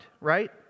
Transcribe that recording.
right